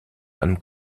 einem